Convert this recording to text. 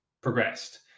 progressed